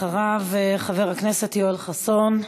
אחריו, חבר הכנסת יואל חסון,